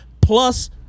plus